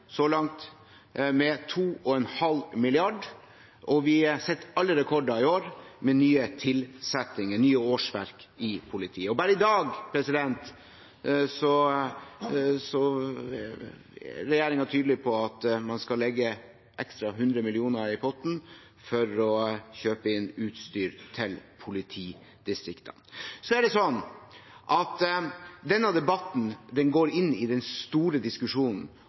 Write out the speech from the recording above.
så langt med 2,5 mrd. kr, og vi setter alle rekorder i år med ny tilsettinger, nye årsverk, i politiet. Bare i dag er regjeringen tydelig på at man skal legge 100 mill. kr ekstra i potten for å kjøpe inn utstyr til politidistriktene. Denne debatten går inn i den store diskusjonen